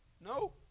No